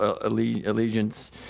Allegiance